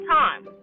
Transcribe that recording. time